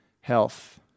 health